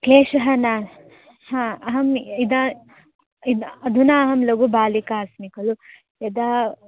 क्लेशः नास्ति हा अहम् इदा इद् अधुना अहं लघु बालिका अस्मि खलु यदा